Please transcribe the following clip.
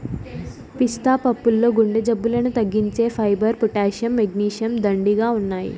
పిస్తా పప్పుల్లో గుండె జబ్బులను తగ్గించే ఫైబర్, పొటాషియం, మెగ్నీషియం, దండిగా ఉన్నాయి